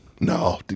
No